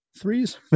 threes